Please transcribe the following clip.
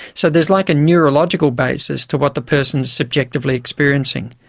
so there's like a neurological basis to what the person is subjectively experiencing.